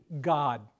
God